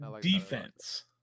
defense